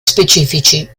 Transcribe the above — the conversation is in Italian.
specifici